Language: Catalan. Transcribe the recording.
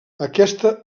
aquesta